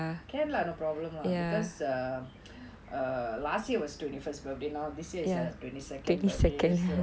can lah no problem lah because err err last year was twenty first birthday now this year is twenty second birthday so